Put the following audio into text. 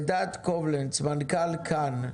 אלדד קובלנץ, מנכ"ל כאן.